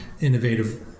innovative